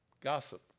Gossip